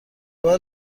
بار